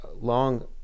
long